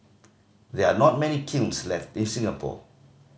there are not many kilns left in Singapore